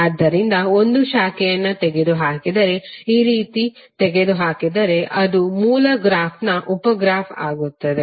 ಆದ್ದರಿಂದ ಒಂದು ಶಾಖೆಯನ್ನು ತೆಗೆದುಹಾಕಿದರೆ ಈ ರೀತಿ ತೆಗೆದುಹಾಕಿದರೆ ಅದು ಮೂಲ ಗ್ರಾಫ್ನ ಉಪ ಗ್ರಾಫ್ ಆಗುತ್ತದೆ